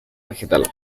vegetal